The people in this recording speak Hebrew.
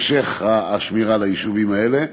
השמירה על היישובים האלה.